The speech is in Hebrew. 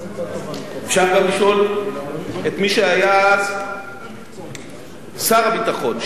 אפשר גם לשאול את מי שהיה אז שר הביטחון,